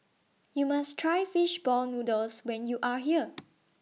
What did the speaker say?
YOU must Try Fish Ball Noodles when YOU Are here